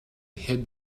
hid